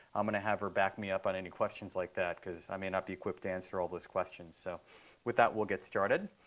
i'm going to have her back me up on any questions like that because i may not be equipped to answer all those questions. so with that, we'll get started.